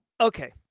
Okay